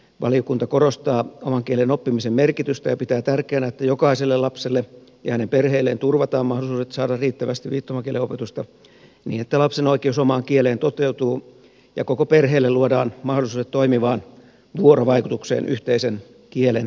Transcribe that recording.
valiokunta korostaa oman kielen oppimisen merkitystä ja pitää tärkeänä että jokaiselle lapselle ja perheelle turvataan mahdollisuudet saada riittävästi viittomakielen opetusta niin että lapsen oikeus omaan kieleen toteutuu ja koko perheelle luodaan mahdollisuudet toimivaan vuorovaikutukseen yhteisen kielen avulla